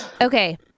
Okay